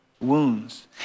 Wounds